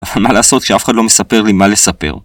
אבל מה לעשות שאף אחד לא מספר לי מה לספר?